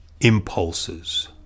impulses